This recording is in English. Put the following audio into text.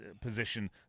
position